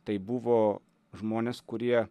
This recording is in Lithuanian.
tai buvo žmonės kurie